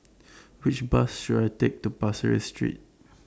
Which Bus should I Take to Pasir Ris Street